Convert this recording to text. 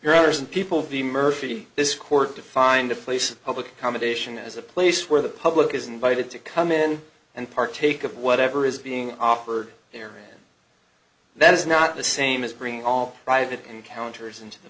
your arson people be murphy this court to find a place of public accommodation as a place where the public is invited to come in and partake of whatever is being offered there that is not the same as bringing all private encounters into the